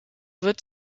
wird